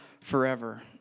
forever